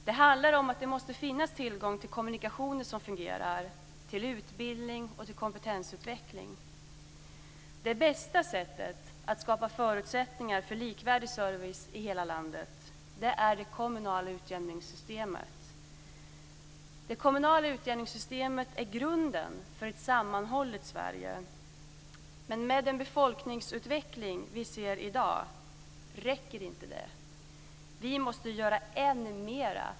Det måste finnas till tillgång till kommunikationer som fungerar, till utbildning och kompetensutveckling. Det bästa sättet att skapa förutsättningar för likvärdig service i hela landet är det kommunala utjämningssystemet. Det kommunala utjämningssystemet är grunden för ett sammanhållet Sverige. Men med en befolkningsutveckling vi ser i dag räcker inte det. Vi måste göra än mer.